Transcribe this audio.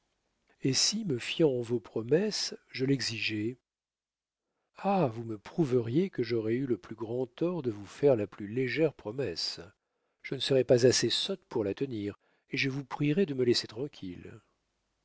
et si me fiant en vos promesses je l'exigeais ah vous me prouveriez que j'aurais eu le plus grand tort de vous faire la plus légère promesse je ne serais pas assez sotte pour la tenir et je vous prierais de me laisser tranquille